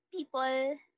People